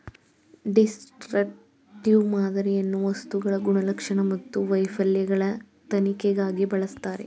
destructive ಮಾದರಿಯನ್ನು ವಸ್ತುಗಳ ಗುಣಲಕ್ಷಣ ಮತ್ತು ವೈಫಲ್ಯಗಳ ತನಿಖೆಗಾಗಿ ಬಳಸ್ತರೆ